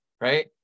right